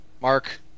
Mark